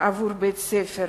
עבור בית-ספר